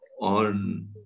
on